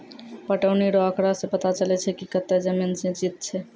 पटौनी रो आँकड़ा से पता चलै छै कि कतै जमीन सिंचित छै